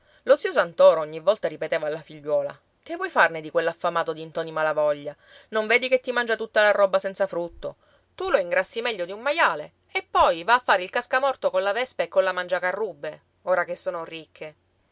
lo zio santoro ogni volta ripeteva alla figliuola che vuoi farne di quell'affamato di ntoni malavoglia non vedi che ti mangia tutta la roba senza frutto tu lo ingrassi meglio di un maiale e poi va a fare il cascamorto colla vespa e colla mangiacarrubbe ora che sono ricche